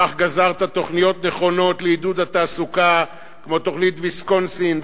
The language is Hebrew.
כך גזרת תוכניות נכונות לעידוד התעסוקה כמו תוכנית ויסקונסין,